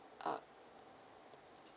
uh